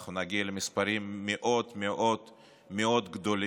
ואנחנו נגיע למספרים מאוד מאוד גדולים,